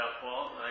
Paul